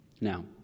Now